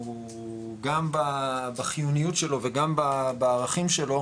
הוא גם בחיוניות שלו וגם בערכים שלו